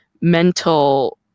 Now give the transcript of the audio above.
mental